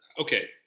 Okay